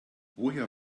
woher